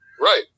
Right